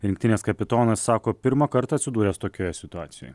rinktinės kapitonas sako pirmą kartą atsidūręs tokioje situacijoje